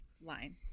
line